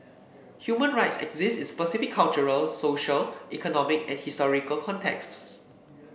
human rights exist in specific cultural social economic and historical contexts